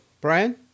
Brian